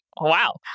wow